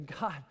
God